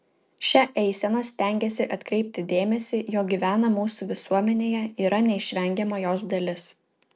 šia eisena stengiasi atkreipti dėmesį jog gyvena mūsų visuomenėje yra neišvengiama jos dalis